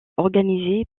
organisé